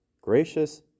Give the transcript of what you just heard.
gracious